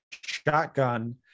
shotgun